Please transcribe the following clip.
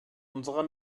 unserer